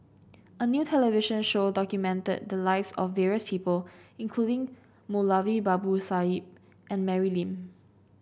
a new television show documented the lives of various people including Moulavi Babu and Mary Lim